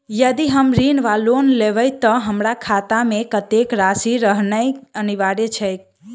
यदि हम ऋण वा लोन लेबै तऽ हमरा खाता मे कत्तेक राशि रहनैय अनिवार्य छैक?